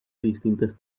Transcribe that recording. distintas